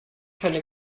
keine